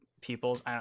people's